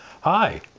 Hi